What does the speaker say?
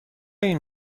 این